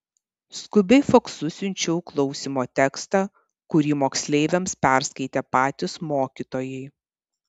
skubiai faksu siunčiau klausymo tekstą kurį moksleiviams perskaitė patys mokytojai